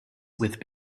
with